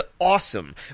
awesome